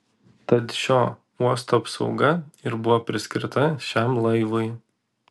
tad šio uosto apsauga ir buvo priskirta šiam laivui